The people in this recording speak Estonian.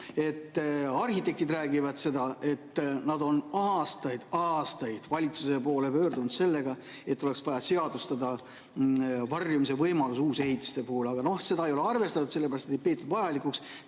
Arhitektid räägivad, et nad on aastaid ja aastaid valitsuse poole pöördunud, et oleks vaja seadustada varjumise võimalus uusehitiste puhul, aga seda ei ole arvestatud, sellepärast et ei ole peetud vajalikuks.